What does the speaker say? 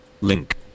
link